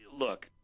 look